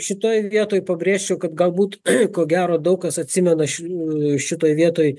šitoj vietoj pabrėšiu kad galbūt ko gero daug kas atsimena šniu šitoj vietoj